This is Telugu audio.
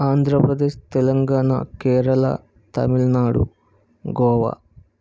ఆంధ్రప్రదేశ్ తెలంగాణ కేరళ తమిళనాడు గోవా